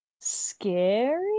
scary